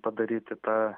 padaryti tą